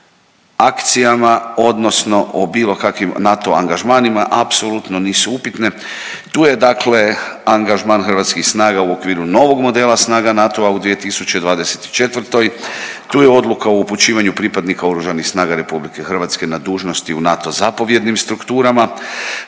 akcijama odnosno o bilo kakvim NATO angažmanima apsolutno nisu upitne. Tu je dakle angažman hrvatskih snaga u okviru novog modela snaga NATO-a u 2024., tu je odluka o upućivanju pripadnika Oružanih snaga RH na dužnosti u NATO zapovjednim strukturama.